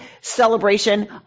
celebration